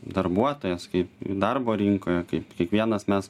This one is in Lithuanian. darbuotojas kaip darbo rinkoje kaip kiekvienas mes